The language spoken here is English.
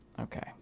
Okay